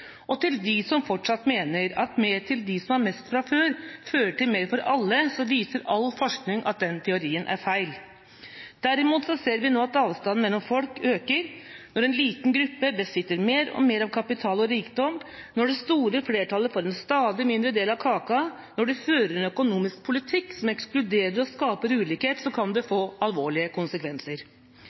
Til dem som fortsatt mener at mer til dem som har mest fra før, fører til mer for alle, så viser all forskning at den teorien er feil. Derimot ser vi nå at avstanden mellom folk øker. Når en liten gruppe besitter mer og mer av kapital og rikdom, når det store flertallet får en stadig mindre del av kaka, når det føres en økonomisk politikk som ekskluderer og skaper ulikhet, kan det få alvorlige konsekvenser.